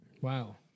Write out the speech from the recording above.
Wow